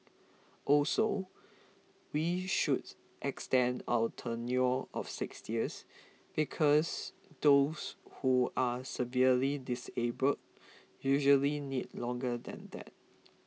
also we should extend our tenure of six years because those who are severely disabled usually need longer than that